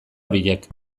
horiek